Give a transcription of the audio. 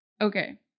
Okay